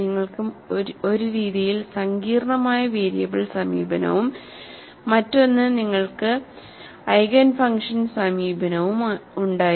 നിങ്ങൾക്ക് ഒരു രീതിയിൽ സങ്കീർണ്ണമായ വേരിയബിൾ സമീപനവും മറ്റൊന്ന് നിങ്ങൾക്ക് ഐഗേൻ ഫംഗ്ഷൻ സമീപനവുമുണ്ടായിരുന്നു